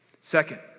Second